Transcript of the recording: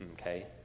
okay